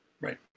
right